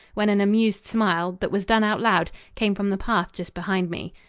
when an amused smile, that was done out loud, came from the path just behind me.